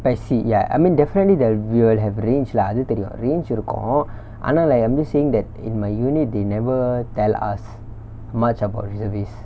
PES C ya I mean definitely the we will have range lah அது தெரியும்:athu theriyum range இருக்கு ஆனா:irukku aanaa like I'm just saying that in my unit they never tell us much about reservist